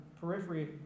periphery